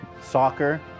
Soccer